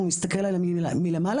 הוא מסתכל עליי מלמעלה,